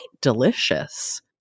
delicious